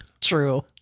True